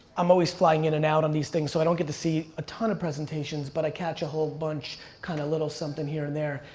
i'm always flying in and out on these things, so i don't get to see a ton of presentations, but i catch a whole bunch kinda little something here and there.